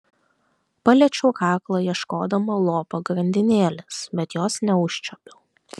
paliečiau kaklą ieškodama lopo grandinėlės bet jos neužčiuopiau